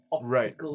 Right